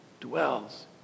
dwells